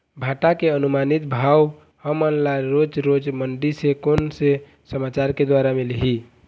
भांटा के अनुमानित भाव हमन ला रोज रोज मंडी से कोन से समाचार के द्वारा मिलही?